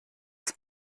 das